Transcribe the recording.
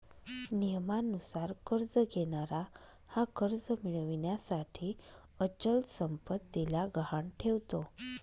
नियमानुसार कर्ज घेणारा हा कर्ज मिळविण्यासाठी अचल संपत्तीला गहाण ठेवतो